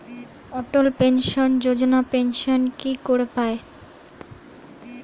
অটল pension Yojana pension কি করে পায়?